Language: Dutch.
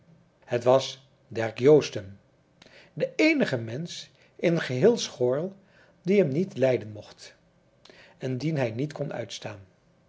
het was derk joosten de eenige mensch in geheel schoorl die hem niet lijden mocht en dien hij niet kon uitstaan